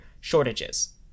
shortages